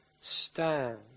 stand